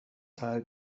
teil